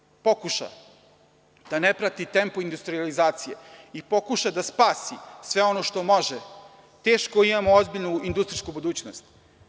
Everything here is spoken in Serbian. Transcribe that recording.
Ako Srbija pokuša da ne prati tempo industrijalizacije i pokuša da spasi sve ono što može, teško imamo ozbiljnu industrijsku budućnost.